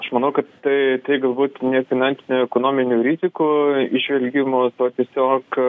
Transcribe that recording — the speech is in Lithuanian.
aš manau kad tai tai galbūt ne finansinių ekonominių rizikų įžvelgimo to tiesiog